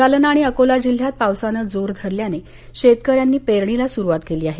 जालना आणि अकोला जिल्ह्यात पावसाने जोर धरल्याने शेतकऱ्यांनी पेरणीला सुरुवात केली आहे